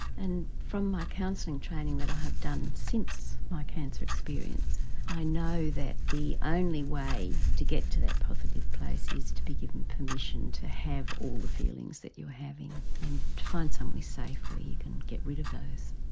and from my counselling training that i have done since my cancer experience i know that the only way to get to that positive place is to be given permission to have all the feelings that you are having and find so somewhere safe where you can get rid of those.